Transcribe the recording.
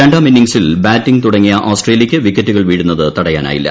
രണ്ടാം ഇന്നിങ്സിൽ ബാറ്റിങ് തുടങ്ങിയ ഓസ്ട്രേലിയയ്ക്ക് വിക്കറ്റുകൾ വീഴുന്നത് തടയാനായില്ല